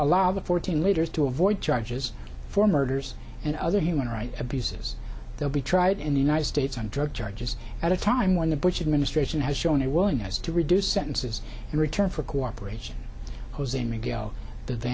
allow the fourteen leaders to avoid charges for murders and other human rights abuses they'll be tried in the united states on drug charges at a time when the bush administration has shown a willingness to reduce sentences in return for cooperation jose miguel th